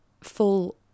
full